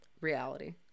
reality